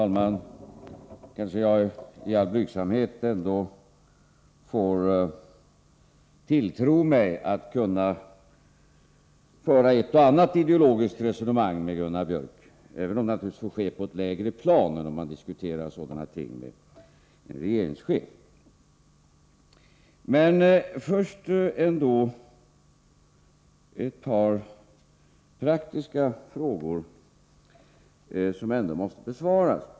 Herr talman! I all blygsamhet kanske jag ändå får tilltro mig förmågan att föra ett och annat ideologiskt resonemang med Gunnar Biörck i Värmdö, även om det naturligtvis får ske på ett lägre plan än när sådana ting diskuteras med en regeringschef. Först ett par praktiska frågor som ändå måste besvaras.